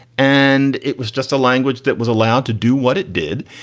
and it was just a language that was allowed to do what it did.